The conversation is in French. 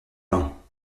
bains